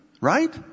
right